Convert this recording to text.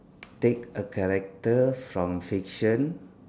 take a character from fiction